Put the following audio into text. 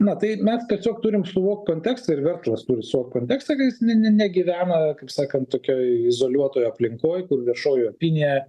na tai mes tiesiog turim suvokt kontekstą ir verslas turi suvokt kontekstą kad jis ne ne ne negyvena kaip sakant tokioj izoliuotoj aplinkoj kur viešoji opinija